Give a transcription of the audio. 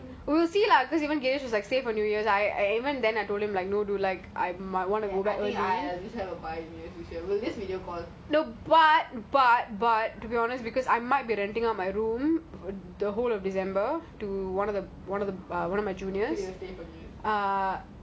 rush here for what I think I just have it by my room wait here for we can just video call